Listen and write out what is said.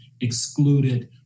excluded